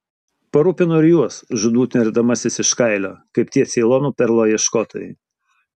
parūpinu ir juos žūtbūt nerdamasis iš kailio kaip tie ceilono perlų ieškotojai